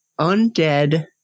undead